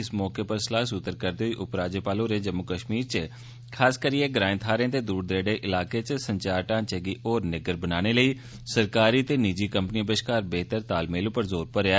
इस मौके उप्पर सलाह् सुत्तर करदे होई उपराज्यपाल होरें जम्मू कष्मीर च खासकरियै ग्राएं थाहरें ते दूर दरेडे इलाकें च संचार ढांचे गी होर निग्गर बनाने लेई सरकारी ते निजी कंपनिएं बष्कार बेह्तर तालमेल उप्पर जोर भरेआ